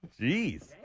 Jeez